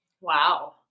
Wow